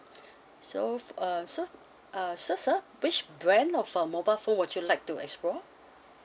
so uh sir uh so sir which brand of uh mobile phone would you like to explore